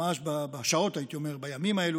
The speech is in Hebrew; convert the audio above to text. ממש בשעות ובימים אלה,